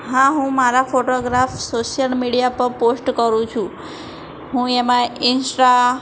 હા હું મારા ફોટોગ્રાફ્સ સોશ્યલ મીડિયા પર પોસ્ટ કરું છું હું એમાં ઇંસ્ટા